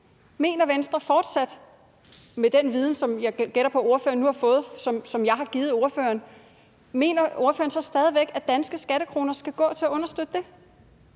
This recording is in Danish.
til alt det. Med den viden, som jeg gætter på ordføreren nu har fået, altså som jeg har givet ordføreren, mener ordføreren og Venstre så stadig væk, at danske skattekroner skal gå til at understøtte det?